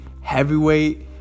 heavyweight